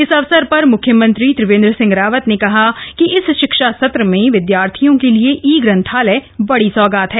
इस अवसर पर मुख्यमंत्री त्रिवेन्द्र सिंह रावत ने कहा कि इस शिक्षा सत्र में विद्यार्थियों के लिए ई ग्रंथालय बड़ी सौगात है